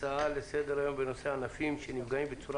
הצעה לסדר היום בנושא: "ענפים שנפגעים בצורה